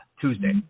Tuesday